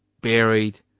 buried